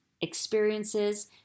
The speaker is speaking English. experiences